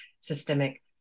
systemic